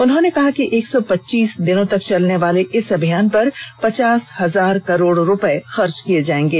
उन्होंने कहा कि एक सौ पच्चीस दिनों तक चलने वाले इस अभियान पर पचास हजार करोड़ रुपए खर्च किए जाएंगे